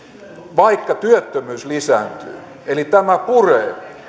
vaikka työttömyys lisääntyy eli tämä puree